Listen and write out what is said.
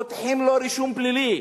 פותחים לו רישום פלילי,